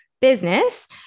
Business